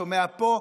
שומע פה,